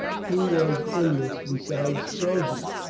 who was in this beside strozzi?